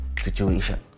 situation